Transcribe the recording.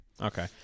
Okay